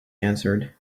answered